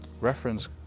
reference